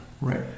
Right